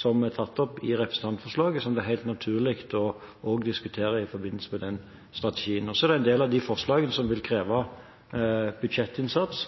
som er tatt opp i representantforslaget, som det er helt naturlig også å diskutere i forbindelse med den strategien, og så er det en del av forslagene som vil kreve budsjettinnsats,